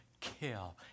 kill